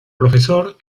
profesor